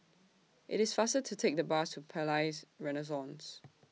IT IS faster to Take The Bus to Palais Renaissance